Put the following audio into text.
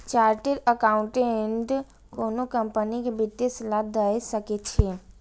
chartered accountant कोनो company कें वित्तीय सलाह दए सकै छै